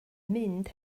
mynd